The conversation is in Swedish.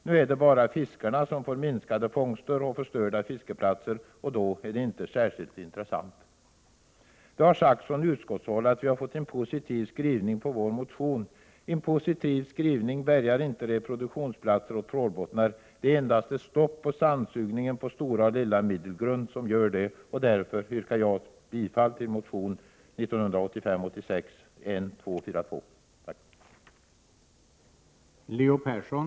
Nu är det bara fiskarna som får minskade fångster och förstörda fiskeplatser, och då är det inte särskilt intressant. Det har sagts från utskottshåll att vår motion har fått en positiv skrivning. En positiv skrivning bärgar inte reproduktionsplatser och trålbottnar. Det är endast ett stopp på sandsugningen på Stora och Lilla Middelgrund som gör det. Därför yrkar jag bifall till motion 1985/86:N242.